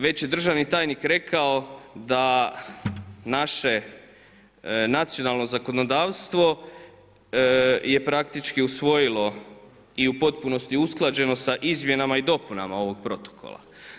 Već je državni tajnik rekao da naše nacionalno zakonodavstvo je praktički usvojilo i u potpunosti je usklađeno sa izmjenama i dopunama ovog protokola.